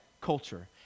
culture